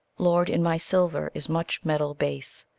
lord, in my silver is much metal base,